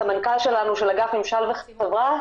הסמנכ"ל שלנו של אגף ממשל וחברה.